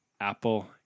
Apple